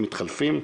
מתחלפים,